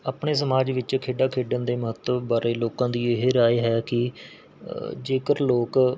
ਆਪਣੇ ਸਮਾਜ ਵਿੱਚ ਖੇਡਾਂ ਖੇਡਣ ਦੇ ਮਹੱਤਵ ਬਾਰੇ ਲੋਕਾਂ ਦੀ ਇਹ ਰਾਏ ਹੈ ਕਿ ਜੇਕਰ ਲੋਕ